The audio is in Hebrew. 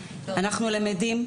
אנחנו למדים,